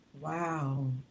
Wow